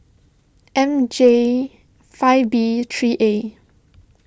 M J five B three A